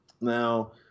Now